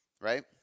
right